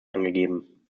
angegeben